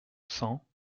cent